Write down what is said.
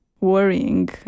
worrying